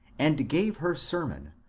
and gave her sermon,